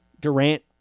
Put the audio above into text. Durant